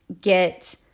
get